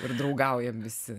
ir draugaujam visi